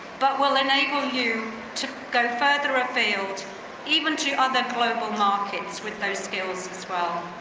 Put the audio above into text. but will enable you to go further afield even to other global markets with those skills as well.